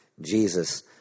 Jesus